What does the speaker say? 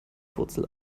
wurzel